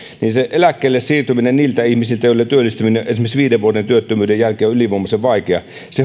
niiden ihmisten eläkkeelle siirtyminen joille työllistyminen esimerkiksi viiden vuoden työttömyyden jälkeen on ylivoimaisen vaikeaa